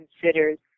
considers